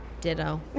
Ditto